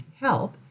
help